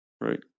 right